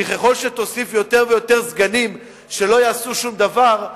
כי ככל שתוסיף יותר ויותר סגנים שלא יעשו שום דבר,